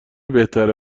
بهتره